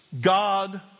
God